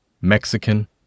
Mexican